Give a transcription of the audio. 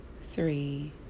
three